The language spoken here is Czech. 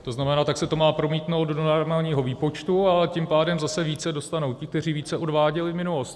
To znamená, tak se to má promítnout do normálního výpočtu, ale tím pádem zase více dostanou ti, kteří více odváděli v minulosti.